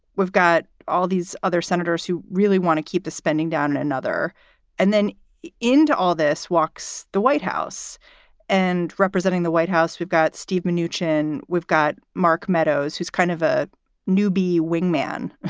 we've got all these other senators who really want to keep the spending down and another and then into all this walks the white house and representing the white house. we've got steve manoogian. we've got mark meadows, who's kind of a newbie wingman